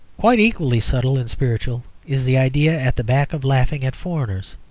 quite equally subtle and spiritual is the idea at the back of laughing at foreigners.